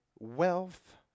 Wealth